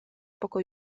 poko